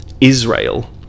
Israel